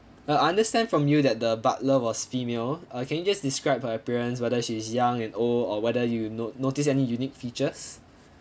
uh I understand from you that the butler was female uh can you just describe her appearance whether she's young and old or whether you no~ notice any unique features